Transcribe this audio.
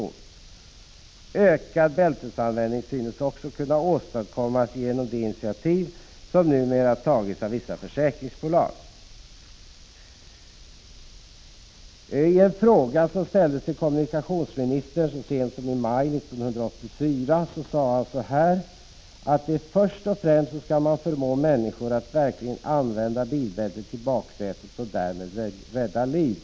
Från utskottets sida skrev man att ökad bilbältesanvändning också syntes kunna åstadkommas genom de initiativ som hade tagits av vissa försäkringsbolag. Som svar på en fråga som ställdes till kommunikationsministern så sent som i maj 1984, framhöll kommunikationsministern att man först och främst skall förmå människor att verkligen använda bilbältet i baksätet, och därmed rädda liv.